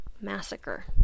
Massacre